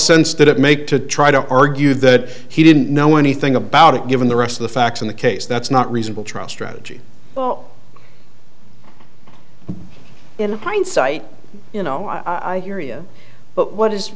it make to try to argue that he didn't know anything about it given the rest of the facts in the case that's not reasonable trial strategy in hindsight you know i hear you but what is